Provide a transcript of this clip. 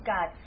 God